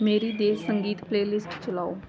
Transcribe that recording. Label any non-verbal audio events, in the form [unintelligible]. ਮੇਰੀ [unintelligible] ਸੰਗੀਤ ਪਲੇਲਿਸਟ ਚਲਾਓ